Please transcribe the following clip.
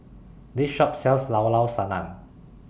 This Shop sells Llao Llao Sanum